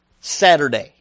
Saturday